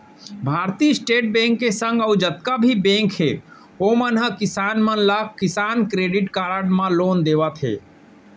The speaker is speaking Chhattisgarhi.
भारतीय स्टेट बेंक के संग अउ जतका भी बेंक हे ओमन ह किसान मन ला किसान क्रेडिट कारड म लोन देवत हें